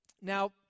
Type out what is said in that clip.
Now